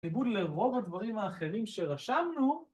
בניגוד לרוב הדברים האחרים שרשמנו